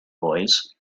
boys